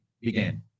began